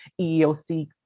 EEOC